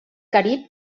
carib